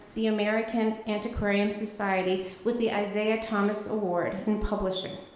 the american antiquarian society, with the isaiah thomas award in publishing.